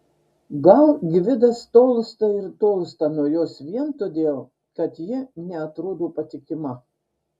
gal gvidas tolsta ir tolsta nuo jos vien todėl kad ji neatrodo patikima